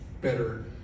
better